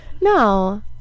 no